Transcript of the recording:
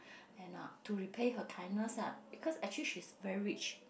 and uh to repay her kindness ah because actually she is very rich